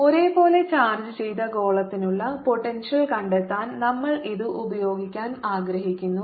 VrRσ0r≤R ഒരേപോലെ ചാർജ്ജ് ചെയ്ത ഗോളത്തിനുള്ള പോട്ടെൻഷ്യൽ കണ്ടെത്താൻ നമ്മൾ ഇത് ഉപയോഗിക്കാൻ ആഗ്രഹിക്കുന്നു